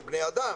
הם בני אדם,